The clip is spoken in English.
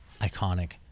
iconic